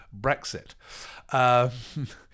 Brexit